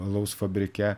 alaus fabrike